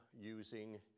using